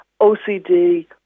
OCD